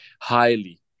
highly